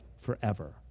forever